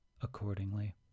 accordingly